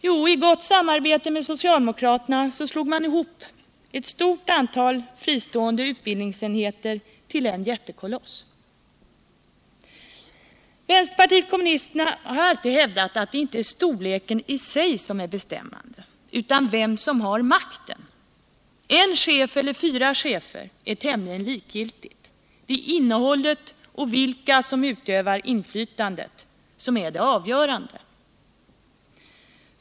Jo, i gott samarbete med socialdemokraterna slog man ihop ett stort antal fristående utbildningsenheter till en jättekoloss. Vänsterpartiet kommunisterna har alltid hävdat att det inte är storleken i sig som är avgörande, utan vem som har makten. En chef eller fyra chefer är tämligen likgiltigt — det är innehållet och vilka som utövar inflytandet som är det avgörande.